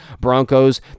Broncos